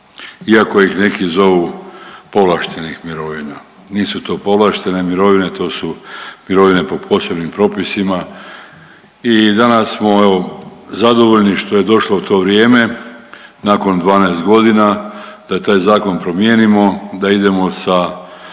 iako ih neki zovu povlaštenih mirovina. Nisu to povlaštene mirovine to su mirovine po posebnim propisima i danas smo evo zadovoljni što je došlo to vrijeme nakon 12 godina da taj zakon promijenimo, da idemo sa